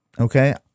Okay